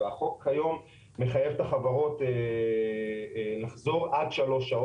והחוק היום מחייב את החברות לחזור עד שלוש שעות.